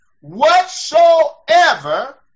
whatsoever